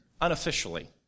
unofficially